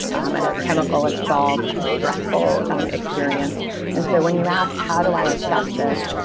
um and a chemical assault, a stressful experience and so when you asked how do i assess this,